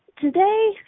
Today